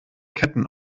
ketten